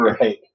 Right